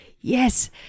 Yes